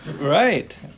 Right